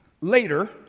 later